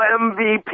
MVP